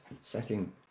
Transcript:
setting